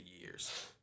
years